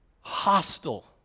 hostile